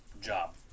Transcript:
job